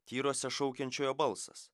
tyruose šaukiančiojo balsas